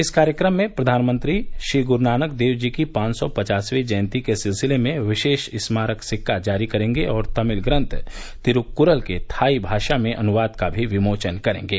इस कार्यक्रम में प्रधानमंत्री श्री गुरू नानक देव जी की पांच सौ पचासवीं जयंती के सिलसिले में विशेष स्मारक सिक्का जारी करेंगे और तमिल ग्रंथ तिरूक्क्रल के थाई भाषा में अनुवाद का भी विमोचन करेंगे